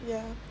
ya